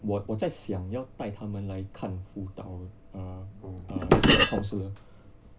我我在想要带他们来看辅导 err err a counsellor